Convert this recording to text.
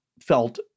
felt